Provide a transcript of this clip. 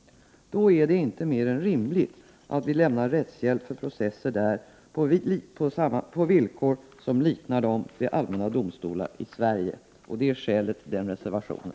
Då är det inte mer än rimligt att vi lämnar rättshjälp för processer där på villkor som liknar villkoren vid de allmänna domstolarna i Sverige. Därav reservationen.